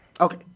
Okay